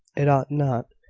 it ought not,